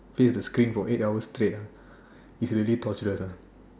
face the screen for eight hours straight ah is really torturous ah